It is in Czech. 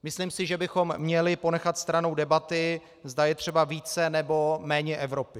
Myslím si, že bychom měli ponechat stranou debaty, zda je třeba více nebo méně Evropy.